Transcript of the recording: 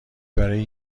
برای